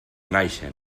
naixen